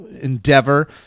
endeavor